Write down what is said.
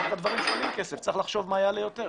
יש דברים שעולים כסף וצריך לחשוב מה עולה יותר.